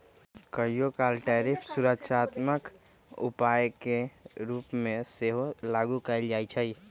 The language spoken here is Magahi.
कहियोकाल टैरिफ सुरक्षात्मक उपाय के रूप में सेहो लागू कएल जाइ छइ